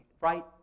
right